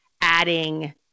adding